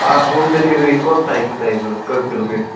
آ home delivery کوٚت تام چھُو تۄہہِ ضوٚرَتھ کٔژ کَلوٗ میٖٹَر